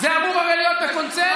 זה אמור הרי להיות הקונסנזוס.